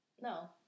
No